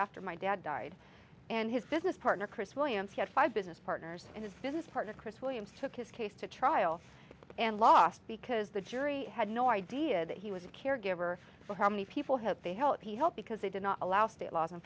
after my dad died and his business partner chris williams had five business partners and his business partner chris williams took his case to trial and lost because the jury had no idea that he was a caregiver for how many people have they helped he helped because they did not allow state laws in